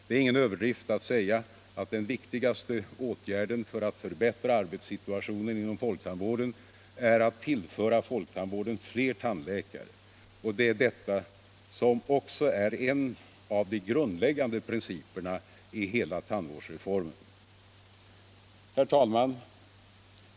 Det är ingen överdrift att säga att den viktigaste åtgärden för att förbättra arbetssituationen inom folktandvården är att tillföra folktandvården fler tandläkare, och detta är också en av - Nr 23 de grundläggande principerna 1i hela tandvårdsreformen. Onsdagen den Herr talman!